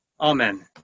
amen